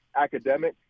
academic